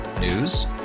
News